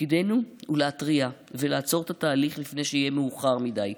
תפקידנו הוא להתריע ולעצור את התהליך לפני שיהיה מאוחר מדי.